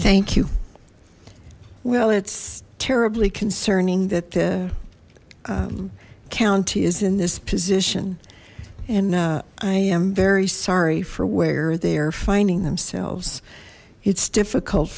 thank you well it's terribly concerning that the county is in this position and i am very sorry for where they are finding themselves it's difficult